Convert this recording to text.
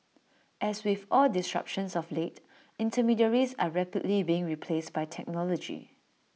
as with all disruptions of late intermediaries are rapidly being replaced by technology